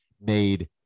made